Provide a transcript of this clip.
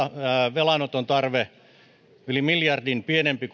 velanoton tarve on yli miljardin pienempi